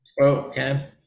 Okay